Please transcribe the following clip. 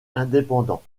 indépendant